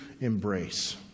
embrace